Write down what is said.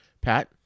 Pat